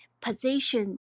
position